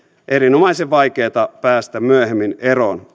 erinomaisen vaikeata päästä myöhemmin eroon